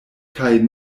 kaj